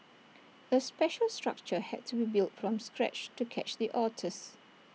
A special structure had to be built from scratch to catch the otters